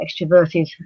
extroverted